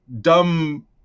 dumb